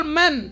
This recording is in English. men